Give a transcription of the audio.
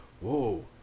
whoa